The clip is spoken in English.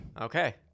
Okay